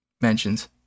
mentions